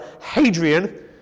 Hadrian